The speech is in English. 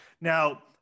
Now